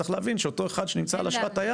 צריך להבין שאותו אחד שנמצא על אשרת תייר,